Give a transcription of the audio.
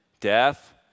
death